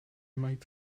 might